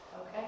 Okay